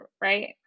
right